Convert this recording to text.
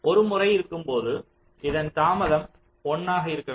ஒரு முறை இருக்கும்போது இதன் தாமதம் 1 ஆக இருக்க வேண்டும்